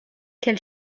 quel